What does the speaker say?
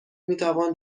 میتوان